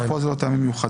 כאן אלה אום טעמים מיוחדים.